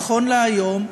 נכון להיום,